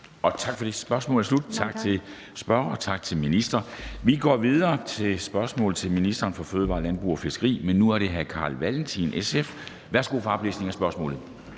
Tak. Spørgsmålet er slut. Tak til spørgeren, og tak til ministeren. Vi går videre med spørgsmål til ministeren for fødevarer, landbrug og fiskeri, men nu er det hr. Carl Valentin, SF. Kl. 13:38 Spm. nr. S 679 (omtrykt)